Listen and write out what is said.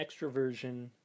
extroversion